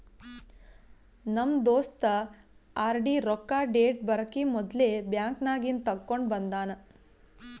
ನಮ್ ದೋಸ್ತ ಆರ್.ಡಿ ರೊಕ್ಕಾ ಡೇಟ್ ಬರಕಿ ಮೊದ್ಲೇ ಬ್ಯಾಂಕ್ ನಾಗಿಂದ್ ತೆಕ್ಕೊಂಡ್ ಬಂದಾನ